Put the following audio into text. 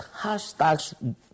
hashtags